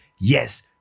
yes